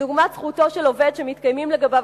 כדוגמת זכותו של עובד שמתקיימים לגביו